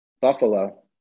Buffalo